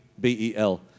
B-E-L